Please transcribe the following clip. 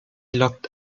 locked